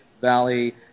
Valley